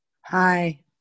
Hi